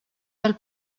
del